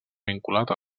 vinculat